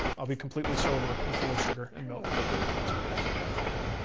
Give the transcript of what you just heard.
i'll be completely sober and full of sugar and milk. look at all the questions i sent you.